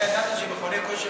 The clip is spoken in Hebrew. אתה ידעת שמכוני כושר